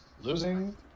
Losing